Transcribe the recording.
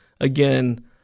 again